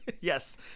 Yes